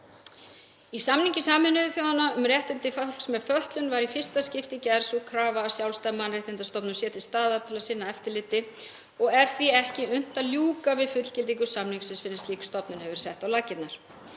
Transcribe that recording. „Í samningi Sameinuðu þjóðanna um réttindi fólks með fötlun var í fyrsta skipti gerð sú krafa að sjálfstæð mannréttindastofnun sé til staðar til að sinna eftirliti og er því ekki unnt að ljúka við fullgildingu samningsins fyrr en slík stofnun hefur verið sett á laggirnar.